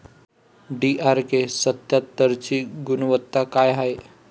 DRK सत्यात्तरची गुनवत्ता काय हाय?